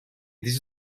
dizi